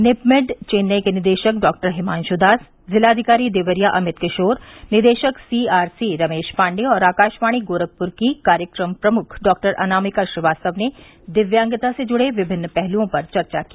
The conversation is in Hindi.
निपमेड चेन्नई के निदेशक डॉक्टर हिमांशु दास जिलाधिकारी देवरिया अमित किशोर निदेशक C R C Ramesh Pandey और आकाशवाणी गोरखपुर की कार्यक्रम प्रमुख डॉक्टर अनामिका श्रीवास्तव ने दिव्यागता से जुड़े विभिन्न पहलुओं पर चर्चा की